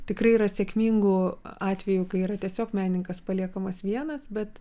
tikrai yra sėkmingų atvejų kai yra tiesiog menininkas paliekamas vienas bet